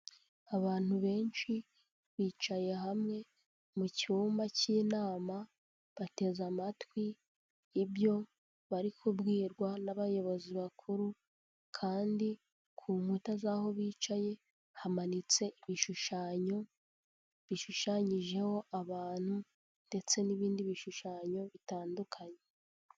Abantu benshi bicaye hamwe, mu cyumba cy'inama bateze amatwi ibyo bari kubwirwa n'abayobozi bakuru kandi ku nkuta z'aho bicaye hamanitse ibishushanyo bishushanyijeho abantu ndetse n'ibindi bishushanyo bitandukanye.